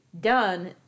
done